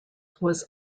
was